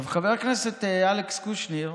עכשיו, חבר הכנסת אלכס קושניר,